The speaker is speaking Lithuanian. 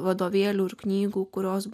vadovėlių ir knygų kurios